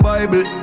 Bible